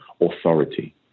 authority